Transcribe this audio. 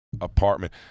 apartment